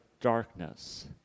darkness